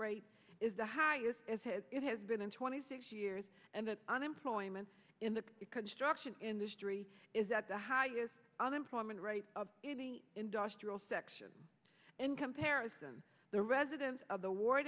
rate is the highest as head it has been in twenty six years and that unemployment in the construction industry is at the highest unemployment rate in the industrial section in comparison the residents of the war